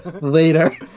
later